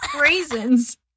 raisins